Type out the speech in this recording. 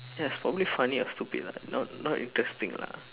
yes for me funny or stupid lah not not interesting lah